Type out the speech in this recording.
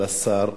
לשר,